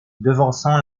devançant